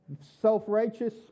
self-righteous